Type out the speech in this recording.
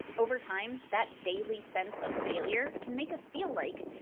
over time, that daily sense of failure can make us feel like.